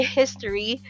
history